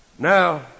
Now